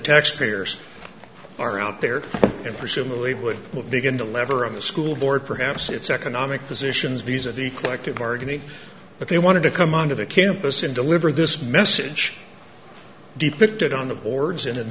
taxpayers are out there and presumably would begin the lever of the school board perhaps its economic positions views of the collective bargaining but they wanted to come on to the campus and deliver this message depicted on the boards